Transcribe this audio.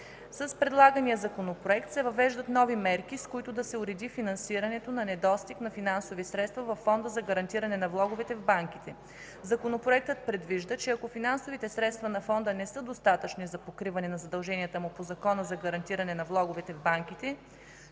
С предлагания Законопроект се въвеждат нови мерки, с които да се уреди финансирането на недостиг на финансови средства във Фонда за гарантиране на влоговете в банките. Законопроектът предвижда, че ако финансовите средства на Фонда не са достатъчни за покриване на задълженията му по Закона за гарантиране на влоговете в банките,